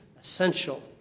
essential